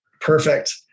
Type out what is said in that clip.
Perfect